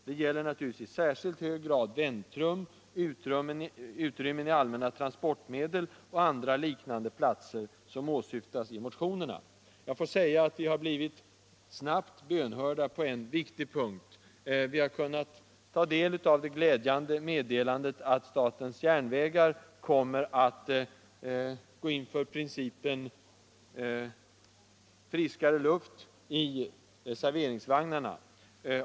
Detta gäller naturligtvis i särskilt hög grad väntrum, utrymmen i allmänna transportmedel och andra liknande platser som åsyftas i motionerna.” Jag får säga att vi snabbt har blivit bönhörda på en viktig punkt. Vi har kunnat ta del av det glädjande meddelandet att statens järnvägar kommer att gå in för principen friskare luft i serveringsvagnarna.